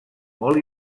molt